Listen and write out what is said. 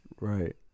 Right